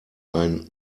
ein